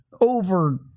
over